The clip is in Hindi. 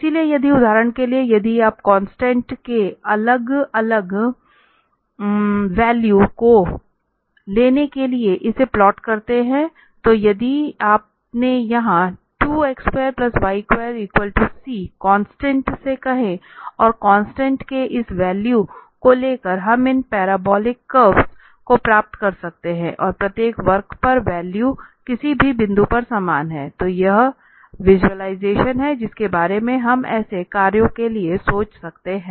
इसलिए उदाहरण के लिए यदि आप कांस्टेंट के अलग अलग वैल्यू को लेने के लिए इसे प्लॉट करते हैं तो यदि आपने यहां 2x2y2c कांस्टेंट से कहे और कांस्टेंट के इस वैल्यू को लेकर हम इन पैराबोलिक वक्र को प्राप्त कर सकते हैं और प्रत्येक वक्र पर वैल्यू किसी भी बिंदु पर समान है तो यह वह विज़ुअलाइज़ेशन है जिसके बारे में हम ऐसे कार्यों के लिए सोच सकते हैं